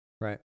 Right